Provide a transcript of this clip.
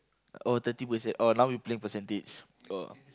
oh thirty percent oh now we playing percentage oh